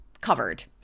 covered